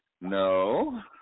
No